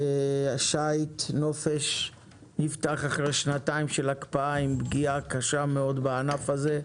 השייט נופש נפתח אחרי שנתיים של הקפאה עם פגיעה קשה מאוד בענף הזה.